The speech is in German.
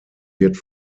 wird